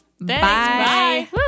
Bye